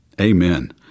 amen